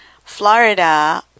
Florida